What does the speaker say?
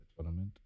tournament